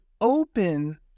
open